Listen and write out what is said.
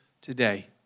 today